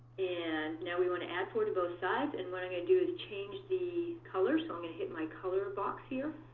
and now we want to add four to both sides, and what i'm going to do is change the color. so i'm going to hit my color box here.